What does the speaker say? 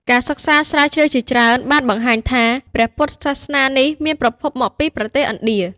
ការសិក្សាស្រាវជ្រាវជាច្រើនបានបង្ហាញថា ព្រះពុទ្ធសាសនានេះមានប្រភពមកពីប្រទេសឥណ្ឌា។